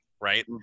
right